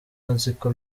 aziko